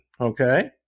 Okay